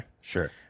Sure